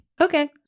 Okay